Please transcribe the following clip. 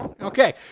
Okay